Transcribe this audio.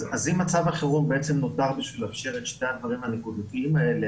אז אם מצב החירום בעצם נותר בשביל לאפשר את שתי הדברים הנקודתיים האלה,